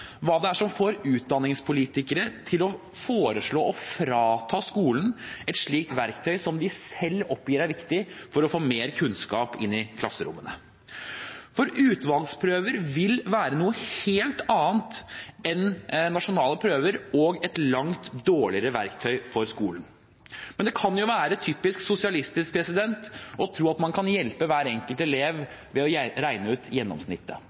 hva det er som får utdanningspolitikere til å foreslå å frata skolen et slikt verktøy som den selv oppgir er viktig for å få mer kunnskap inn i klasserommene. Utvalgsprøver vil være noe helt annet enn nasjonale prøver og et langt dårligere verktøy for skolen. Det kan være typisk sosialistisk å tro at man kan hjelpe hver enkelt elev ved å regne ut gjennomsnittet,